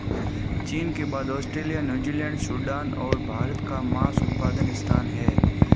चीन के बाद ऑस्ट्रेलिया, न्यूजीलैंड, सूडान और भारत का मांस उत्पादन स्थान है